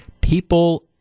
people